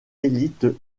élites